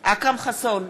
אכרם חסון,